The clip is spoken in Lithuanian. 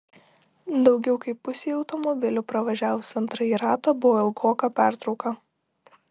daugiau kaip pusei automobilių pravažiavus antrąjį ratą buvo ilgoka pertrauka